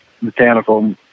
mechanical